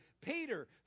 Peter